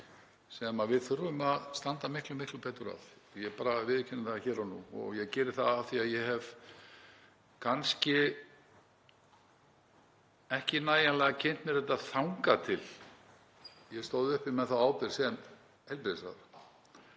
sem við þurfum að standa miklu betur að, ég bara viðurkenni það hér og nú. Ég geri það af því að ég hef kannski ekki nægjanlega kynnt mér þetta þangað til ég stóð uppi með þá ábyrgð sem heilbrigðisráðherra